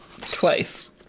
Twice